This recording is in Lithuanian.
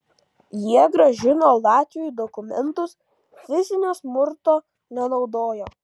jie grąžino latviui dokumentus fizinio smurto nenaudojo